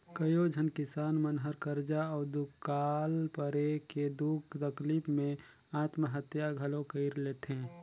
कयोझन किसान मन हर करजा अउ दुकाल परे के दुख तकलीप मे आत्महत्या घलो कइर लेथे